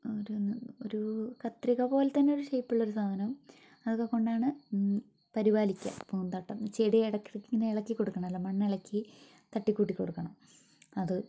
ഒരുന്നൊന്ന് ഒരു കത്രിക പോലത്തന്നെ ഒരു ഷെയിപ്പുള്ളൊരു സാധനം അതൊക്കെ കൊണ്ടാണ് പരിപാലിക്കുക പൂന്തോട്ടം ചെടി ഇടയ്ക്കിടയ്ക്കിങ്ങനെ ഇളക്കിക്കൊടുക്കണം അല്ല മണ്ണെളക്കി തട്ടിക്കൂട്ടിക്കൊടുക്കണം അത്